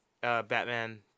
Batman